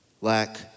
lack